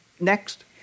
Next